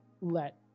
let